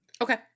Okay